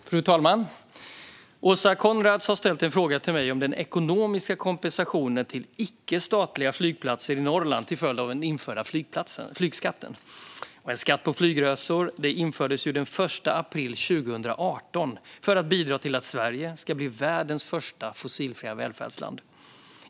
Fru talman! Åsa Coenraads har ställt en fråga till mig om den ekonomiska kompensationen till icke-statliga flygplatser i Norrland till följd av den införda flygskatten. En skatt på flygresor infördes den 1 april 2018 för att bidra till att Sverige ska bli världens första fossilfria välfärdsland.